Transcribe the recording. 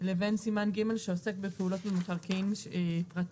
לבין סימן ג' שעוסק בפעולות במקרקעין פרטיים.